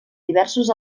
diversos